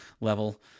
level